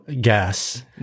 gas